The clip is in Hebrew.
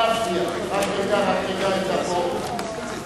חוק בתי-המשפט (תיקון מס' 60),